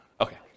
Okay